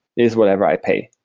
is whatever i pay.